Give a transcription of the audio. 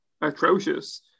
atrocious